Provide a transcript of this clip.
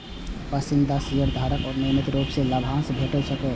पसंदीदा शेयरधारक कें नियमित रूप सं लाभांश भेटैत छैक